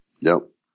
Nope